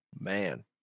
man